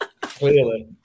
Clearly